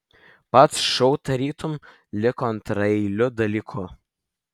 pats šou tarytum liko antraeiliu dalyku